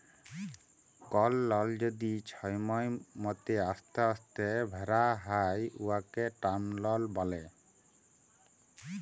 call লল যদি ছময় মত অস্তে অস্তে ভ্যরা হ্যয় উয়াকে টার্ম লল ব্যলে